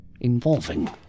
involving